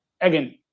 again